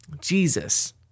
jesus